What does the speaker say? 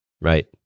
Right